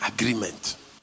Agreement